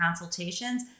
consultations